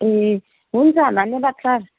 ए हुन्छ धन्यवाद सर